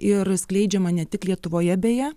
ir skleidžiama ne tik lietuvoje beje